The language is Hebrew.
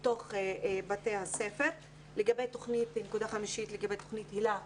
לגבי תוכנית היל"ה.